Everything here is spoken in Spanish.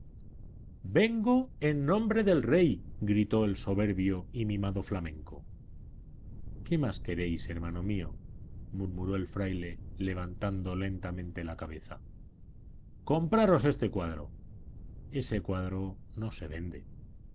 vengo en nombre del rey gritó el soberbio y mimado flamenco qué más queréis hermano mío murmuró el fraile levantando lentamente la cabeza compraros este cuadro ese cuadro no se vende